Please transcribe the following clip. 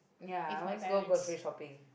ya I always go grocery shopping